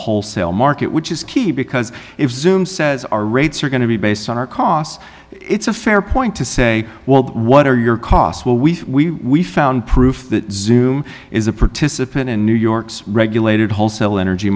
wholesale market which is key because if zoom says our rates are going to be based on our costs it's a fair point to say what are your costs well we found proof that zoom is a participant in new york's regulated wholesale energy